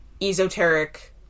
esoteric